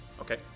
okay